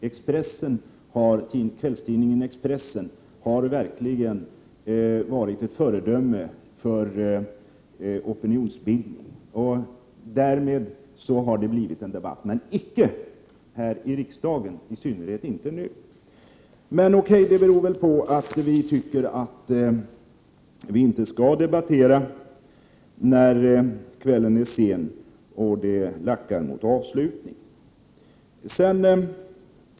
Kvällstidningen Expressen har verkligen varit ett föredöme för opinionsbildningen. Därmed har det skapats en debatt, men icke i riksdagen och i synnerhet inte nu. Men det beror väl på att vi tycker att vi inte skall debattera när kvällen är sen och det lackar mot avslutning.